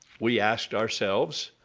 we asked ourselves,